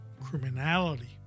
criminality